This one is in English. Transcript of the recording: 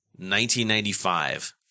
1995